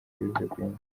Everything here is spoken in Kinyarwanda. ibiyobyabwenge